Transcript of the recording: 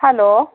hello